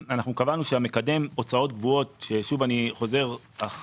קבענו שמקדם הוצאות קבועות ואני חוזר על כך